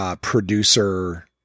producer